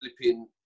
flipping